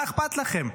מה אכפת לכם?